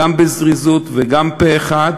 גם בזריזות וגם פה אחד,